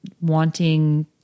wanting